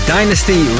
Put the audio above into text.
Dynasty